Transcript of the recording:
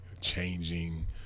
changing